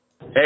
Hey